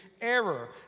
error